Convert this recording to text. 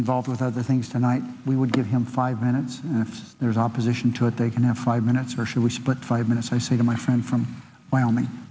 involved with other things tonight we would give him five minutes if there's opposition to it they can have five minutes or she would split five minutes i say to my friend from wyoming